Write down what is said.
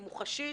היא מוחשית,